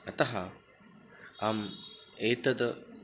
अतः अहम् एतद्